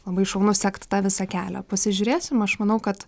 labai šaunu sekt tą visą kelią pasižiūrėsim aš manau kad